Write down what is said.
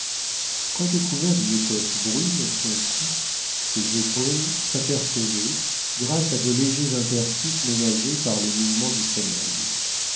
quoique couverts d'une étoffe brune son cou ses épaules s'apercevaient grâce à de légers interstices ménagés par les mouvements du sommeil